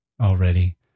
Already